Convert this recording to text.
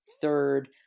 third